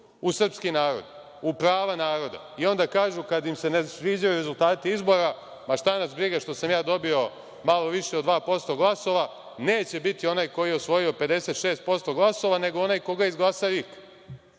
u srpski narod, u prava naroda, i onda kažu, kad im se ne sviđaju rezultati izbora – ma šta nas briga što sam ja dobio malo više od 2% glasova, neće biti onaj koji je osvojio 56%, nego onaj koga izglasa RIK.